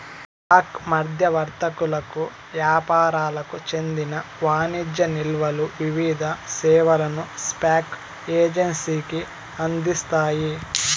stock మధ్యవర్తులకు యాపారులకు చెందిన వాణిజ్య నిల్వలు వివిధ సేవలను స్పాక్ ఎక్సేంజికి అందిస్తాయి